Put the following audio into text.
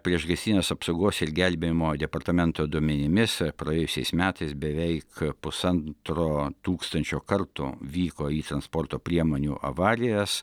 priešgaisrinės apsaugos ir gelbėjimo departamento duomenimis praėjusiais metais beveik pusantro tūkstančio kartų vyko į transporto priemonių avarijas